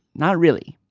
not really.